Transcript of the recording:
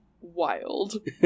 wild